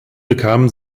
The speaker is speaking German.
bekam